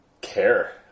care